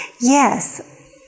Yes